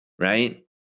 Right